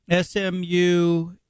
SMU